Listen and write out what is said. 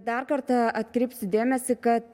dar kartą atkreipsiu dėmesį kad